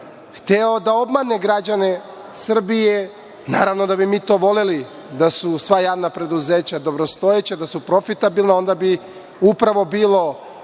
hteo da obmane građane Srbije. Naravno da bi mi voleli da su sva javna preduzeća dobrostojeća, da su profitabilna, onda bi upravo bila